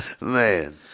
Man